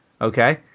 okay